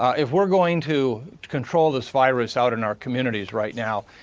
if we're going to control this virus out in our communities right now,